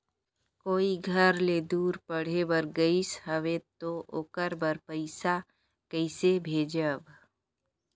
कोई घर ले दूर पढ़े बर गाईस हवे तो ओकर बर पइसा कइसे भेजब?